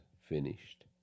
finished